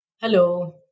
Hello